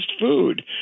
food